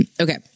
okay